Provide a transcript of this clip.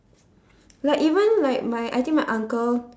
like even like my I think my uncle